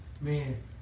Man